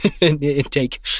intake